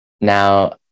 now